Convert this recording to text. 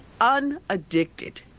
unaddicted